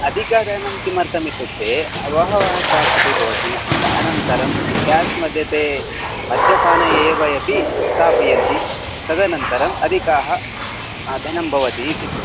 अधिकधनं किमर्थम् इत्युक्ते बहवः टेक्स् अपि भवति अनन्तरं टेक्स् मध्ये ते मद्यपानम् एव अपि स्थापयन्ति तदनन्तरम् अधिकं धनं भवति इति